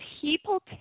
people